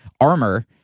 armor